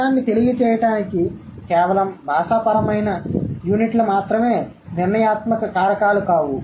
అర్థాన్ని తెలియజేయడానికి కేవలం భాషాపరమైన యూనిట్లు మాత్రమే నిర్ణయాత్మక కారకాలు కావు